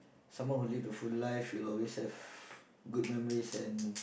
someone who live a full life you always have good memories and